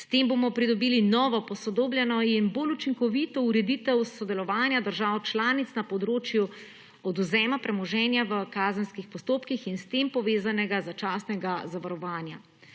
S tem bomo pridobili novo posodobljeno in bolj učinkovito ureditev sodelovanja držav članic na področju odvzema premoženja v kazenskih postopkih in s tem povezanega začasnega zavarovanja.